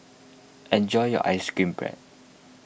enjoy your Ice Cream Bread